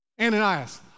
Ananias